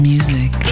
Music